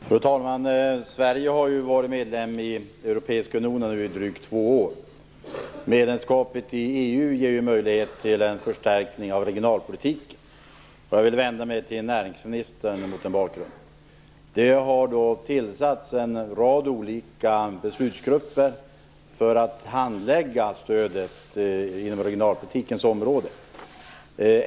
Fru talman! Sverige har nu varit medlem i Europeiska unionen i drygt två år. Medlemskapet i EU ger ju möjlighet till en förstärkning av regionalpolitiken. Jag vill mot den bakgrunden vända mig till näringsministern. Det har tillsatts en rad olika beslutsgrupper för att handlägga stödet inom regionalpolitikens område.